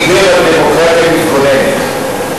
דיבר על דמוקרטיה מתגוננת.